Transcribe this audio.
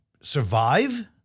survive